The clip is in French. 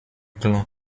clan